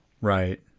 right